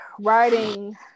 writing